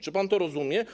Czy pan to rozumie?